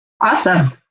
Awesome